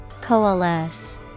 Coalesce